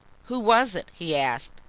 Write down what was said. who was it? he asked.